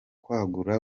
kwagura